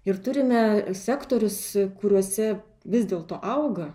ir turime sektorius kuriuose vis dėl to auga